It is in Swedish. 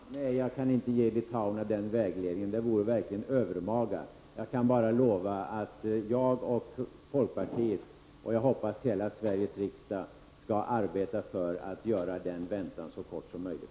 Herr talman! Nej, jag kan inte ge litauerna den vägledningen. Det vore verkligen övermaga. Jag kan bara lova att jag och folkpartiet — och jag hoppas hela Sveriges riksdag — skall arbeta för att göra den väntan så kort som möjligt.